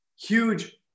huge